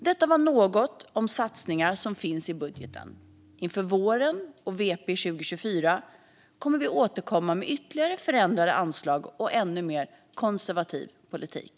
Detta var något om satsningar som finns i budgeten. Inför våren och vårpropositionen 2024 kommer vi att återkomma med ytterligare förändrade anslag och ännu mer konservativ politik.